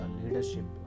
leadership